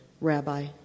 Rabbi